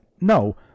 No